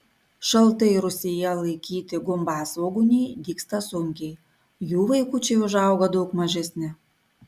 šaltai rūsyje laikyti gumbasvogūniai dygsta sunkiai jų vaikučiai užauga daug mažesni